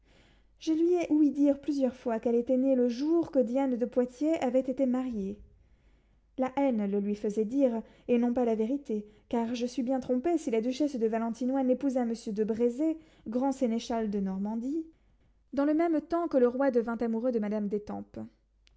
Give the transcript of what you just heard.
je lui ai ouï dire plusieurs fois qu'elle était née le jour que diane de poitiers avait été mariée la haine le lui faisait dire et non pas la vérité car je suis bien trompée si la duchesse de valentinois n'épousa monsieur de brézé grand sénéchal de normandie dans le même temps que le roi devint amoureux de madame d'étampes